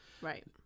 Right